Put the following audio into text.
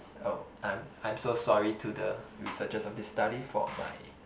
so I'm I'm so sorry to the researchers of this study for my